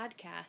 podcast